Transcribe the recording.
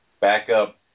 backup